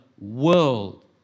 world